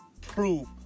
proof